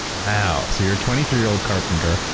wow. so you're a twenty three year old carpenter.